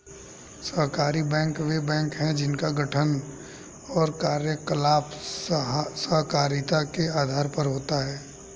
सहकारी बैंक वे बैंक हैं जिनका गठन और कार्यकलाप सहकारिता के आधार पर होता है